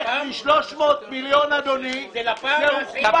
איך מ-300 מיליון שקלים הסכום